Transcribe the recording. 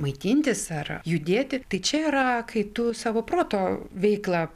maitintis ar judėti tai čia yra kai tu savo proto veiklą